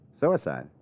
Suicide